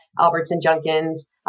Albertson-Junkins